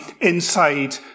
inside